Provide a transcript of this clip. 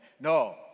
no